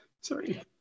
Sorry